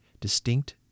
distinct